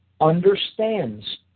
understands